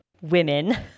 women